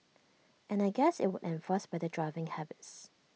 and I guess IT would enforce better driving habits